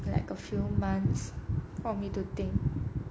like got few months for me to think